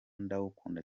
ndawukunda